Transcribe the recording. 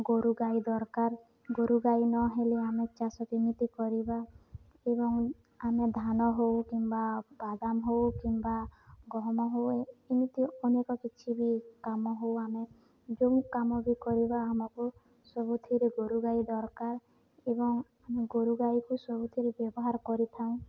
ଗୋରୁ ଗାଈ ଦରକାର ଗୋରୁ ଗାଈ ନହେଲେ ଆମେ ଚାଷ କେମିତି କରିବା ଏବଂ ଆମେ ଧାନ ହେଉ କିମ୍ବା ବାଦାମ ହେଉ କିମ୍ବା ଗହମ ହେଉ ଏମିତି ଅନେକ କିଛି ବି କାମ ହେଉ ଆମେ ଯୋଉ କାମ ବି କରିବା ଆମକୁ ସବୁଥିରେ ଗୋରୁ ଗାଈ ଦରକାର ଏବଂ ଆମେ ଗୋରୁ ଗାଈକୁ ସବୁଥିରେ ବ୍ୟବହାର କରିଥାଉ